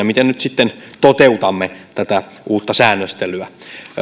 miten nyt sitten toteutamme tätä uutta säännöstelyä